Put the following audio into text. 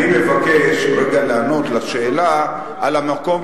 אני מבקש רגע לענות לשאלה על המקום